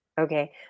Okay